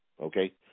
okay